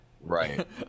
Right